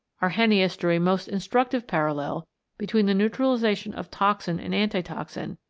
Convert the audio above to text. arrhenius drew a most instructive parallel between the neutralisation of toxin and antitoxin,